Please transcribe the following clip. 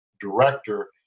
director